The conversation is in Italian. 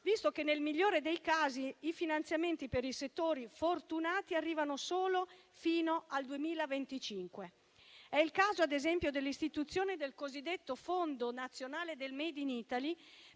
visto che nel migliore dei casi i finanziamenti per i settori fortunati arrivano solo fino al 2025. È il caso, ad esempio, dell'istituzione del cosiddetto Fondo nazionale del *made in Italy*,